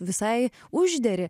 visai užderi